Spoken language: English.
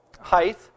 height